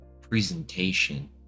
presentation